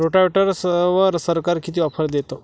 रोटावेटरवर सरकार किती ऑफर देतं?